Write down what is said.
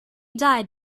died